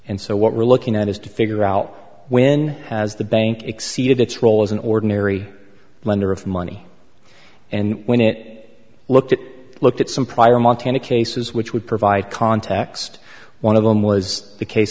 and so what we're looking at is to figure out when has the bank exceeded its role as an ordinary lender of money and when it looked at looked at some prior montana cases which would provide context one of them was the case